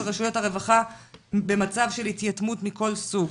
רשויות הרווחה במצב של התייתמות מכל סוג.